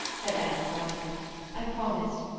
said edna, rising i promised.